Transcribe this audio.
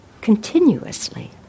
continuously